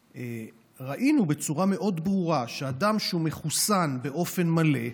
ראינו בצורה מאוד ברורה שאדם שהוא מחוסן באופן מלא,